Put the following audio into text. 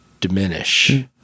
diminish